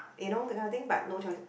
you know that kind of thing but no choice